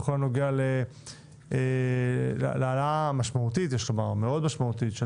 יש לומר שזו העלאה מאוד משמעותית של